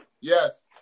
yes